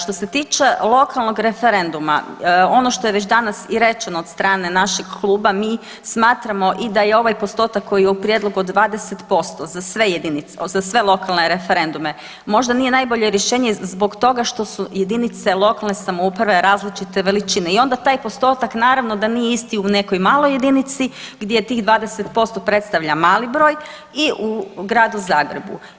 Što se tiče lokalnog referenduma, ono što je već danas i rečeno od strane našeg kluba mi smatramo i da je ovaj postotak koji je u prijedlogu od 20% za sve jedinice, za sve lokalne referendume možda nije najbolje rješenje zbog toga što su jedinice lokalne samouprave različite veličine i onda taj postotak naravno da nije isti u nekoj maloj jedinici gdje tih 20% predstavlja mali broj i u Gradu Zagrebu.